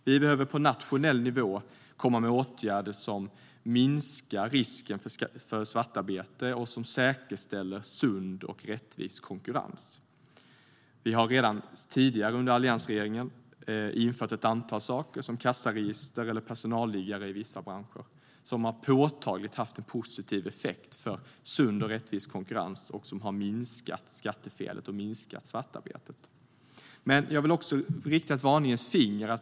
Vi behöver på nationell nivå komma med åtgärder som minskar risken för svartarbete och som säkerställer sund och rättvis konkurrens. Vi har redan tidigare, under alliansregeringen, infört ett antal saker, till exempel kassaregister eller personalliggare i vissa branscher, som har haft påtagligt positiv effekt för sund och rättvis konkurrens och minskat skattefelet och svartarbetet. Men jag vill också höja ett varningens finger.